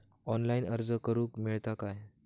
Online अर्ज करूक मेलता काय?